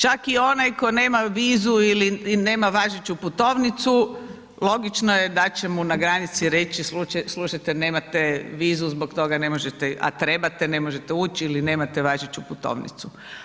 Čak i onaj tko nema vizu ili nema važeću putovnicu, logično je da će mu na granici reći slušajte nemate vizu zbog toga ne možete, a trebate, ne možete ući, ili nemate važeću putovnicu.